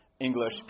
English